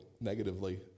negatively